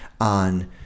on